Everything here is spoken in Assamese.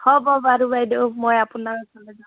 হ'ব বাৰু বাইদেউ মই আপোনাৰ ওচৰলৈ যাম